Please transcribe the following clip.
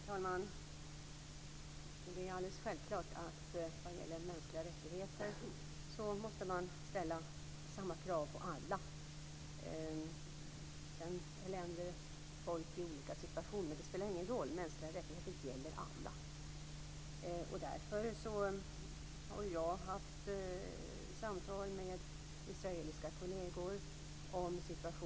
Herr talman! Jag tackar utrikesministern för svaren på mina frågor som jag tycker var mycket tillfredsställande. Sedan gäller det att det också blir något resultat.